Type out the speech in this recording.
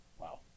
Wow